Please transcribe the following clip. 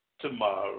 tomorrow